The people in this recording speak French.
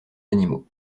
animaux